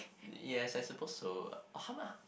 yes I suppose so